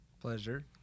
Pleasure